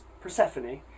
Persephone